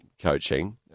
coaching